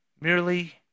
Merely